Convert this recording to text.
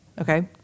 Okay